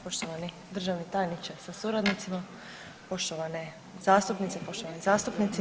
Poštovani državni tajniče sa suradnicima, poštovane zastupnice, poštovani zastupnici.